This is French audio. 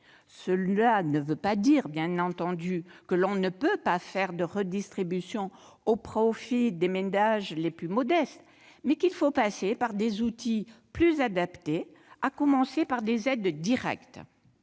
Cela ne veut pas dire, bien entendu, que l'on ne peut pas faire de redistribution au profit des ménages les plus modestes, mais alors il faut passer par des outils plus adaptés, à commencer par des aides directes.